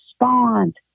respond